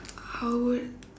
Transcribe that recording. how would